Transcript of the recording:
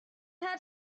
had